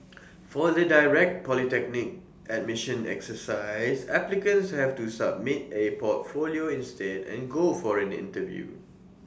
for the direct polytechnic admissions exercise applicants have to submit A portfolio instead and go for an interview